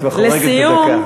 את כבר חורגת בדקה.